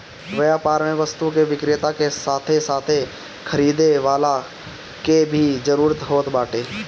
व्यापार में वस्तु के विक्रेता के साथे साथे खरीदे वाला कअ भी जरुरत होत बाटे